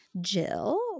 Jill